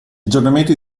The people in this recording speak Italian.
aggiornamenti